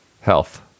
health